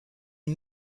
une